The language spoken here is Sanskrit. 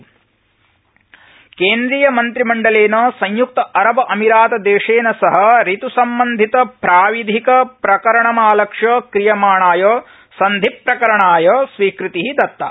प्रधानमंत्री समझौता केन्द्रियमन्द्रिमण्डलेन संयुक्तअरबअमीरात देशेन सह ऋतुसंबन्धित प्राविधिक प्रकरणमालक्ष्य क्रियमाणाय संधिप्रकरणाय स्वीकृति दत्ता